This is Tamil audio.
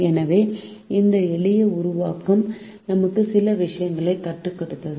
எனவே இந்த எளிய உருவாக்கம் நமக்கு சில விஷயங்களைக் கற்றுக் கொடுத்தது